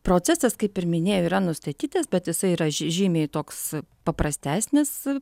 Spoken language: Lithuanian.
procesas kaip ir minėjau yra nustatytas bet jisai yra žy žymiai toks paprastesnis